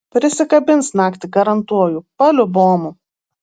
prisikabins naktį garantuoju paliubomu